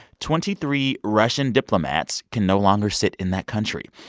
twenty three russian diplomats can no longer sit in that country.